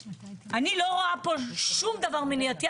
אני לא רואה פה שום דבר מניעתי,